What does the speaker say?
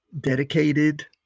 dedicated